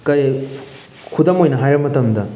ꯀꯔꯤ ꯈꯨꯗꯝ ꯑꯣꯏꯅ ꯍꯥꯏꯔ ꯃꯇꯝꯗ